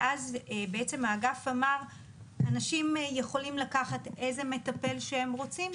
ואז בעצם האגף אמר שאנשים יכולים לקחת איזה מטפל שהם רוצים,